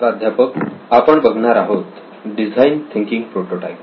प्राध्यापक आपण बघणार आहोत डिझाईन थिंकिंग प्रोटोटाइप